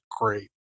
great